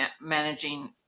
managing